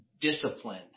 discipline